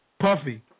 Puffy